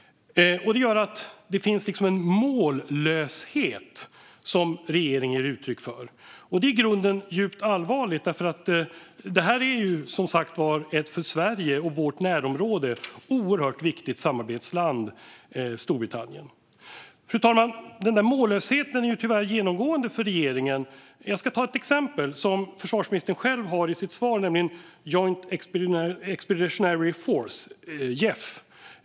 Det gör att det finns en liksom mållöshet som regeringen ger uttryck för. Det är i grunden djupt allvarligt, för Storbritannien är som sagt ett för Sverige och vårt närområde oerhört viktigt samarbetsland. Fru talman! Den där mållösheten är tyvärr genomgående för regeringen. Jag ska ta ett exempel som försvarsministern själv tog upp i sitt svar, nämligen Joint Expeditionary Force, JEF.